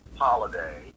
holiday